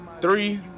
Three